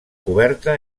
coberta